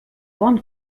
bon